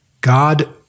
God—